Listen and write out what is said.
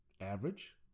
Average